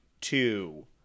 two